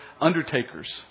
undertakers